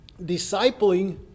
discipling